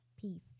Peace